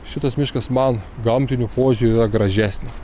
šitas miškas man gamtiniu požiūriu yra gražesnis